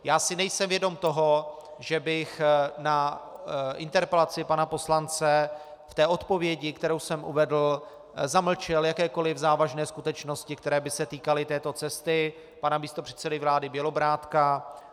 Já si nejsem vědom toho, že bych na interpelaci pana poslance v té odpovědi, kterou jsem uvedl, zamlčel jakékoliv závažné skutečnosti, které by se týkaly této cesty pana místopředsedy vlády Bělobrádka.